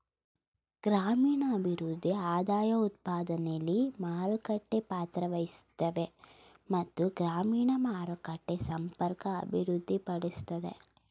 ಗ್ರಾಮೀಣಭಿವೃದ್ಧಿ ಆದಾಯಉತ್ಪಾದನೆಲಿ ಮಾರುಕಟ್ಟೆ ಪಾತ್ರವಹಿಸುತ್ವೆ ಮತ್ತು ಗ್ರಾಮೀಣ ಮಾರುಕಟ್ಟೆ ಸಂಪರ್ಕ ಅಭಿವೃದ್ಧಿಪಡಿಸ್ತದೆ